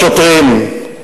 לשוטרים.